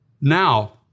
Now